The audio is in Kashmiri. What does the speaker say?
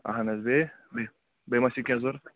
اَہَن حظ بیٚیہِ بیٚیہِ بیٚیہِ ما چھُ کیٚنٛہہ ضرَوٗرت